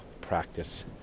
practice